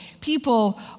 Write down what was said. people